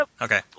Okay